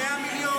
100 מיליון,